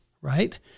right